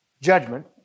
judgment